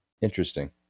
Interesting